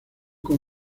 con